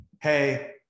hey